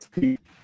people